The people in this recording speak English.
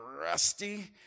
rusty